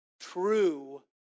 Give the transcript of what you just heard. true